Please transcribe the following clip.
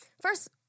First